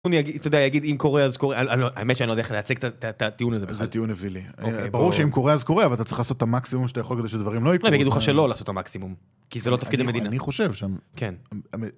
אתה יודע, יגיד אם קורה אז קורה, האמת שאני לא יודע איך להציג את הטיעון הזה. טיעון אווילי. ברור שאם קורה אז קורה אבל אתה צריך לעשות את המקסימום שאתה יכול בשביל שדברים לא יגיד לך שלא לעשות את המקסימום. כי זה לא תפקיד המדינה, אני חושב שאני כן.